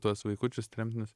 tuos vaikučius tremtinius